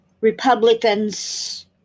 Republicans